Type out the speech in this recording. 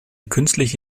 künstliche